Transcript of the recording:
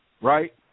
right